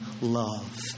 love